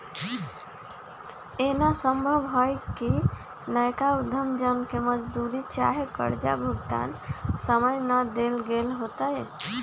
एना संभव हइ कि नयका उद्यम जन के मजदूरी चाहे कर्जा भुगतान समय न देल गेल होतइ